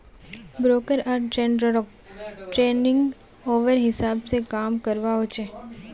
broker आर ट्रेडररोक trading hour हिसाब से काम करवा होचे